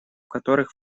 которых